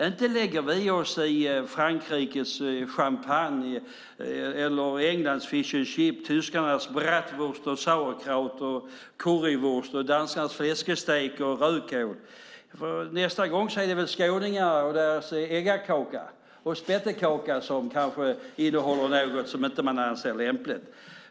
Inte lägger vi oss i Frankrikes champagne, Englands fish and chips, tyskarnas bratwurst, currywurst och sauerkraut och danskarnas fläskestek och rödkål. Nästa gång är det väl skåningarna och deras äggakaka och spettekaka som kanske innehåller något som man inte anser lämpligt.